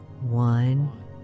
one